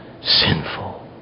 sinful